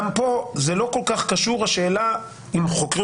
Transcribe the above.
גם כאן לא כל כך קשורה השאלה אם חוקרים